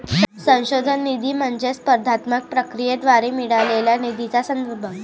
संशोधन निधी म्हणजे स्पर्धात्मक प्रक्रियेद्वारे मिळालेल्या निधीचा संदर्भ